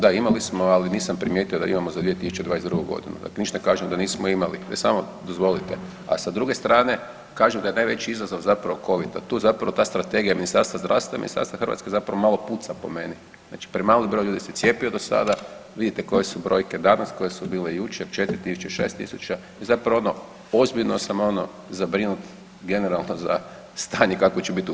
Da, imali smo, ali nisam primijetio da imamo za 2022.g., dakle ništa ne kažem da nismo imali, ne samo, dozvolite, a sa druge strane kažem da je najveći izazov zapravo covid da tu zapravo ta strategija Ministarstva zdravstva i Ministarstva … [[Govornik se ne razumije]] zapravo malo puca po meni, znači premali broj ljudi se cijepio do sada, vidite koje su brojke danas, koje su bile jučer 4000, 6000 i zapravo ono ozbiljno sam ono zabrinut generalno za stanje kakvo će bit u Hrvatskoj.